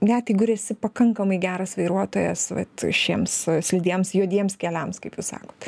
net jeigu ir esi pakankamai geras vairuotojas vat šiems slidiems juodiems keliams kaip jūs sakot